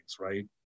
right